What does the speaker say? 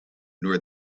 nor